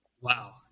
Wow